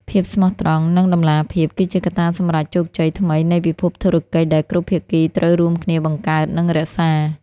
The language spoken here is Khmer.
ភាពស្មោះត្រង់ និងតម្លាភាព គឺជាកត្តាសម្រេចជោគជ័យថ្មីនៃពិភពធុរកិច្ចដែលគ្រប់ភាគីត្រូវរួមគ្នាបង្កើត និងរក្សា។